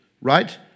right